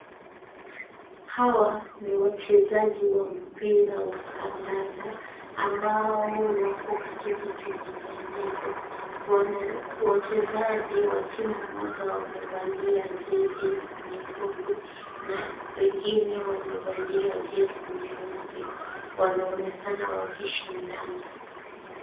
Hawa ni wachezaji wa mpira wa kandanda ambao wako katika kinyanganyiro wachezaji wa timu moja wamevalia jezi nyekundu na wengine wamevalia jezi nyeupe. Wanaonekana wakishindana.